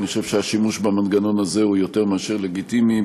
אני חושב שהשימוש במנגנון הזה הוא יותר מאשר לגיטימי.